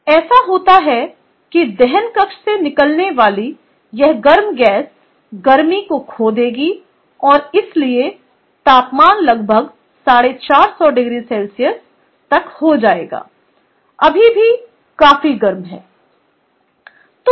ऐसा होता है कि दहन कक्ष से निकलने वाली यह गर्म गैस गर्मी को खो देगी और इसलिए तापमान लगभग 450oC तक हो जाएगा अभी भी काफी गर्म है